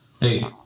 Hey